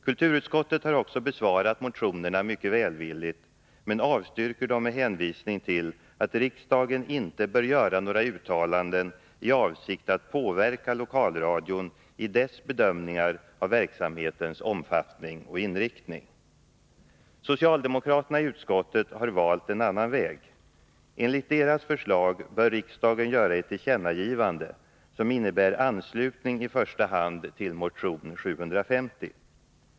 Kulturutskottet har också besvarat motionerna mycket välvilligt, men avstyrker dem med hänvisning till att riksdagen inte bör göra några uttalanden i avsikt att påverka lokalradion i dess bedömningar av verksamhetens omfattning och inriktning. Socialdemokraterna i utskottet har valt en annan väg. Enligt deras förslag Nr 108 bör riksdagen göra ett tillkännagivande, som innebär anslutning i första hand till motion 750.